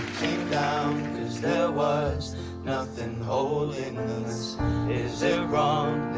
down cause there was nothing holding us is it wrong